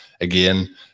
again